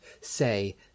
say